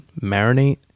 marinate